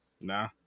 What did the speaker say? nah